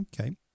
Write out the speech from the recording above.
Okay